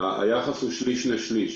היחס הוא שליש לשליש.